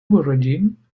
regime